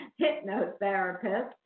hypnotherapist